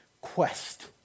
quest